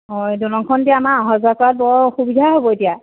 অঁ এই দলংখন এতিয়া আমাৰ অহা যোৱা কৰাত বৰ অসুবিধাই হ'ব এতিয়া